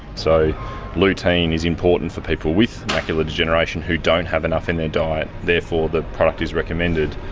so lutein is important for people with macular degeneration who don't have enough in their diet, therefore the product is recommended.